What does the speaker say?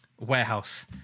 warehouse